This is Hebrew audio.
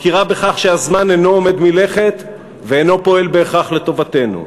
מכירה בכך שהזמן אינו עומד מלכת ואינו פועל בהכרח לטובתנו.